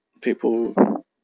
people